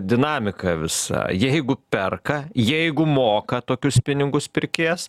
dinamika visa jeigu perka jeigu moka tokius pinigus pirkėjas